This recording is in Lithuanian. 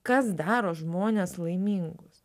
kas daro žmones laimingus